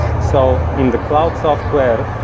so in the cloud software,